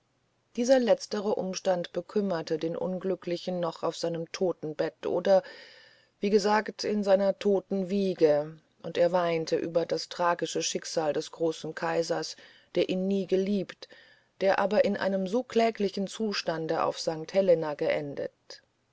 dieser letztere umstand bekümmerte den unglücklichen noch auf seinem todbette oder wie gesagt in seiner todeswiege und er weinte über das tragische schicksal des großen kaisers der ihn nie geliebt der aber in einem so kläglichen zustande auf sankt helena geendet